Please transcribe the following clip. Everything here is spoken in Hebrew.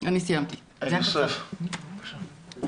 אליוסף, בבקשה.